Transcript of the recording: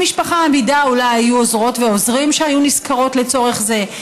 במשפחה אמידה אולי היו עוזרות ועוזרים שנשכרות לצורך זה,